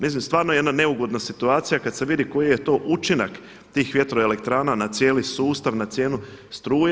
Mislim stvarno jedna neugodna situacija kad se vidi koji je to učinak tih vjetroelektrana na cijeli sustav, na cijenu struje.